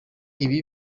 ibi